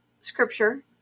scripture